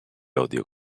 audio